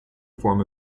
form